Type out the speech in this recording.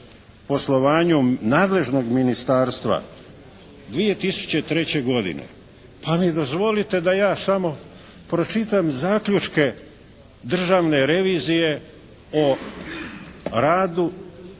poslovanju nadležnog ministarstva 2003. godine, pa mi dozvolite da ja samo pročitam zaključke Državne revizije o radu